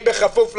אם בכפוף להכרזה,